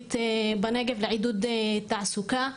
הערבית בנגב, לעידוד תעסוקה.